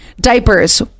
diapers